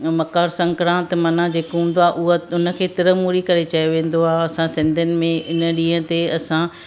मकर संक्राति माना जेका हूंदो आहे उहो उनखे तिर मूरी करे चयो वेंदो आहे असां सिंधियुनि में इन ॾींहं ते असां